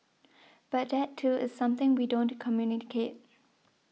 but that too is something we don't communicate